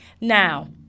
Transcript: Now